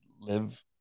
live